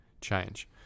change